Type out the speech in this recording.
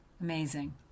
Amazing